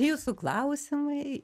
jūsų klausimai